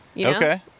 Okay